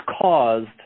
caused